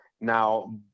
Now